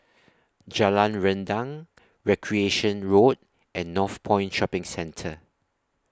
Jalan Rendang Recreation Road and Northpoint Shopping Centre